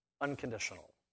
unconditional